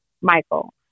Michael